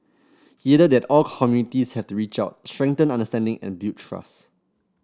he added that all communities have to reach out strengthen understanding and build trust